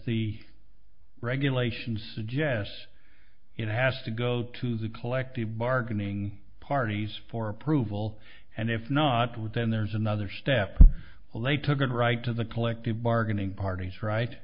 the regulations suggests it has to go to the collective bargaining parties for approval and if not with then there's another step well they took it right to the collective bargaining parties right